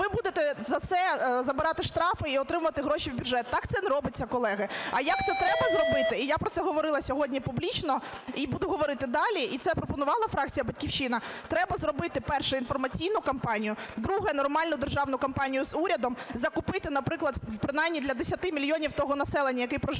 ви будете за це забирати штрафи і отримувати гроші в бюджет. Так це не робиться, колеги. А як це треба зробити, я про це говорила сьогодні публічно, і буду говорити далі, і це пропонувала фракція "Батьківщина", треба зробити: перше – інформаційну компанію, друге – нормальну державну компанію з урядом. Закупити, наприклад, принаймні для 10 мільйонів того населення, яке проживає